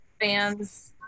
fans